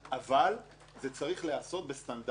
אבל זה צריך להיעשות בסטנדרטים